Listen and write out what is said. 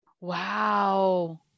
Wow